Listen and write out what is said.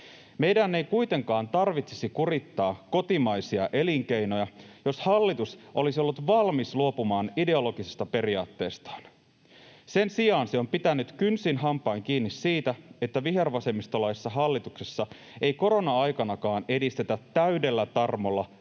Meidän ei kuitenkaan tarvitsisi kurittaa kotimaisia elinkeinoja, jos hallitus olisi ollut valmis luopumaan ideologisista periaatteistaan. Sen sijaan se on pitänyt kynsin hampain kiinni siitä, että vihervasemmistolaisessa hallituksessa ei korona-aikanakaan edistetä täydellä tarmolla